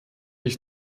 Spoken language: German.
ich